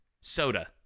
soda